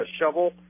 shovel